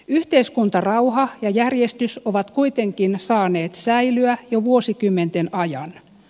yhteiskuntarauha ja järjestys ovat kuitenkin saaneet säilyä jo vuosikymmenten ajan